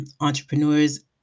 entrepreneurs